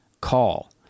call